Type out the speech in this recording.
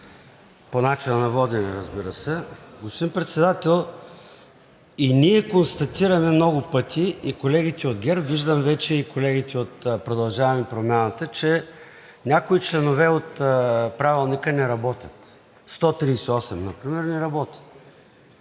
по начина на водене, разбира се. Господин Председател, и ние констатираме много пъти, и колегите от ГЕРБ, виждам вече и колегите от „Продължаваме Промяната“, че някои членове от Правилника не работят – например чл.